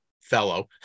fellow